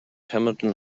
hamilton